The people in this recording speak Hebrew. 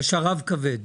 היה שרב כבד.